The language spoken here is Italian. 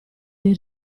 dei